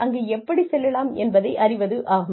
அங்கு எப்படி செல்லலாம் என்பதை அறிவது ஆகும்